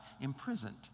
imprisoned